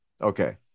Okay